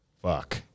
Fuck